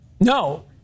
No